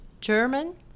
German